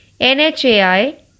NHAI